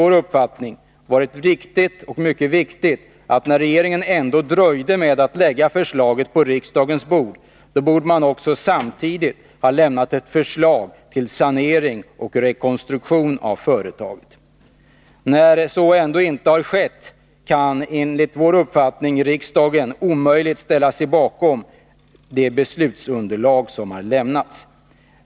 Det hade därför varit både riktigt och mycket viktigt att, när regeringen ändå dröjde med att lägga förslaget på riksdagens bord, ett förslag till sanering och rekonstruktion av företaget samtidigt hade lämnats. När så ändå inte har skett, kan riksdagen enligt vår uppfattning omöjligt ställa sig bakom det beslutsunderlag som har lämnats.